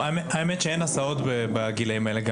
אין הסעות בגילים האלה.